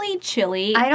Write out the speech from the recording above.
chilly